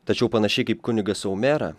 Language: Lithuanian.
tačiau panašiai kaip kunigas omera